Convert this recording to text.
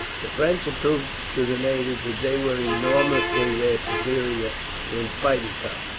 the french had proved to the natives that they were enormously their superiors in fighting power.